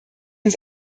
uns